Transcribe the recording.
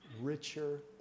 richer